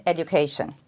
Education